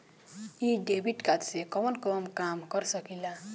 इ debit card से कवन कवन काम कर सकिला?